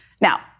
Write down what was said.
Now